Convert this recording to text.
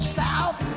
south